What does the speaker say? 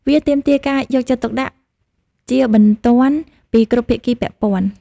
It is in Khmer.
វាទាមទារការយកចិត្តទុកដាក់ជាបន្ទាន់ពីគ្រប់ភាគីពាក់ព័ន្ធ។